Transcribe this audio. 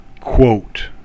quote